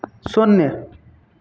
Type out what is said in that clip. शून्य